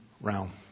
realm